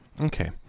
okay